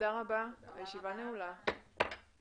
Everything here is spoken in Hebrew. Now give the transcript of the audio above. הצעת חוק למתן שירותים חיוניים מרחוק (נגיף הקורונה החדש - הוראת שעה),